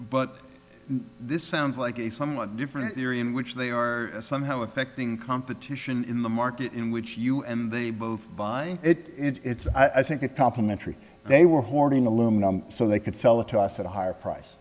but this sounds like a somewhat different theory in which they are somehow affecting competition in the market in which you and they both buy it i think it complementary they were hoarding aluminum so they could sell it to us at a higher price